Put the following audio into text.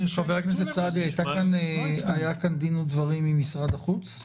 חבר הכנסת סעדי, היה כאן דין ודברים עם משרד החוץ?